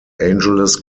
angeles